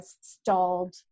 stalled